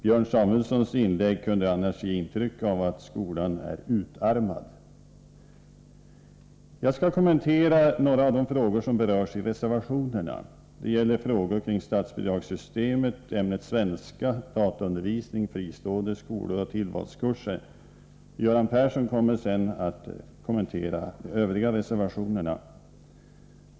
Björn Samuelsons inlägg kunde annars ge intrycket att skolan är utarmad. Jag skall kommentera några av de frågor som berörs i reservationerna. Det gäller frågor kring statsbidragssystemet, ämnet svenska, dataundervisning, fristående skolor och tillvalskurser. Göran Persson kommer senare att kommentera de övriga reservationerna.